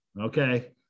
okay